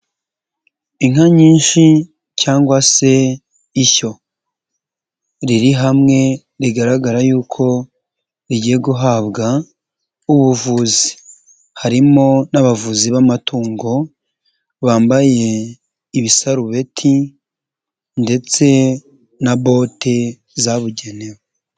Inka nyinshi cyangwa se ishyo riri hamwe rigaragara yuko rigiye guhabwa ubuvuzi, harimo n'abavuzi b'amatungo bambaye ibisarubeti ndetse na bote zabugenewe.